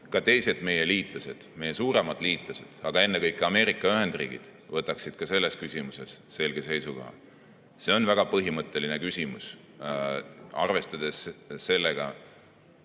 teised liitlased, suuremad liitlased, aga ennekõike Ameerika Ühendriigid võtaksid selles küsimuses selge seisukoha. See on väga põhimõtteline küsimus. Arvestades seda,